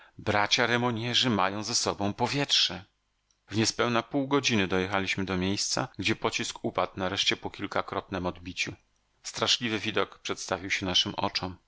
bracia remognerzy mają ze sobą powietrze w niespełna pół godziny dojechaliśmy do miejsca gdzie pocisk upadł nareszcie po kilkakrotnem odbiciu straszliwy widok przedstawił się naszym oczom